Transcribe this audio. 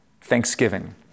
thanksgiving